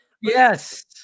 Yes